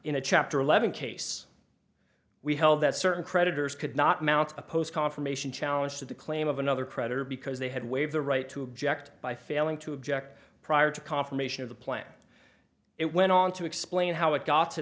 in a chapter eleven case we held that certain creditors could not mount a post conformation challenge to the claim of another creditor because they had waived the right to object by failing to object prior to confirmation of the planet it went on to explain how it got to